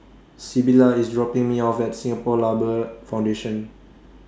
Sybilla IS dropping Me off At Singapore Labour Foundation